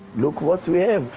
look what we have.